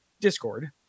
discord